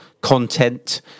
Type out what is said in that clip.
content